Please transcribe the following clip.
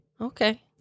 Okay